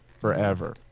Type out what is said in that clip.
forever